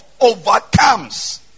overcomes